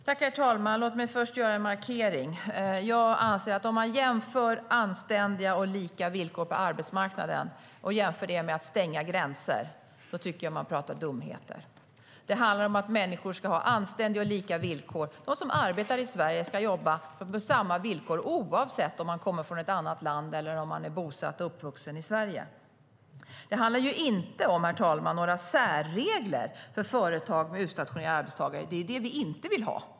Herr talman! Låt mig först göra en markering: Om man jämför anständiga och lika villkor på arbetsmarknaden med att stänga gränser, då tycker jag att man pratar dumheter. Det handlar inte om några särregler för företag med utstationerade arbetstagare. Det är det vi inte vill ha.